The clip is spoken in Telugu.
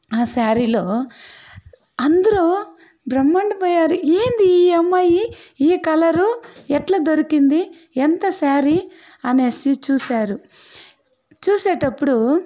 ఆ శారీలో అందరూ బ్రహ్మాండం అయ్యారు ఏంది ఈ అమ్మాయి ఈ కలరు ఎట్లా దొరికింది ఎంత శారీ అనేసి చూశారు చూసేటప్పుడు